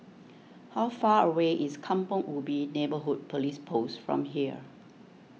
how far away is Kampong Ubi Neighbourhood Police Post from here